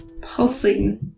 pulsing